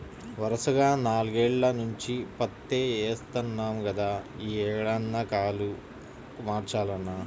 వరసగా నాల్గేల్ల నుంచి పత్తే యేత్తన్నాం గదా, యీ ఏడన్నా కాలు మార్చాలన్నా